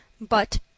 But